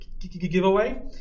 giveaway